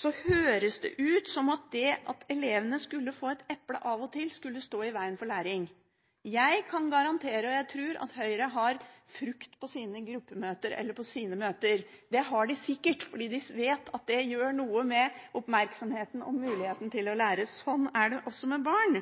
høres ut som om det at elevene skulle få et eple av og til, skulle stå i veien for læring. Jeg tror Høyre har frukt på sine gruppemøter eller på sine møter. Det har de sikkert, fordi de vet at det gjør noe med oppmerksomheten og muligheten til å lære. Sånn er det også med barn.